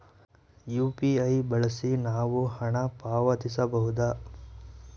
UPI ಬಳಸಿ ನಾವು ಹಣ ಪಾವತಿಸಬಹುದಾ?